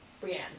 Brienne